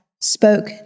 spoke